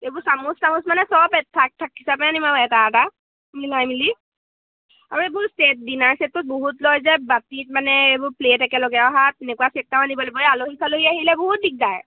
এইবোৰ চামুচ চামুচ মানে চব থাক থাক হিচাপে নিম আৰুও এটা এটা মিলাই মেলি আৰু এইবোৰ েট ডিনাৰ চছেটটো বহুত লৈ যায় বাতিীত মানে এইবোৰ প্লে'ট একেলগে অহাত তেনেকুৱা চেটামান নি দিবলে প আলহী চালহী আহিলে বহুত দিগদাৰ